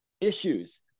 issues